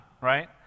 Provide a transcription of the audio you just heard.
right